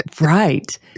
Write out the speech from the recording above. right